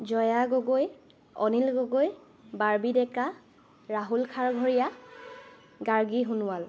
Jaya Gogoi Anil Gogoi Barbi Deka Rahul Kharghoria Gargi Sonowal